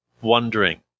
wondering